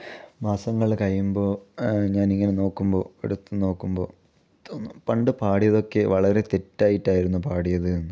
മാസങ്ങൾ കഴിയുമ്പോൾ ഞാൻ ഇങ്ങനെ നോക്കുമ്പോൾ എടുത്തു നോക്കുമ്പോൾ തോന്നും പണ്ട് പാടിയതൊക്കെ വളരെ തെറ്റായിട്ടായിരുന്നു പാടിയത് എന്ന്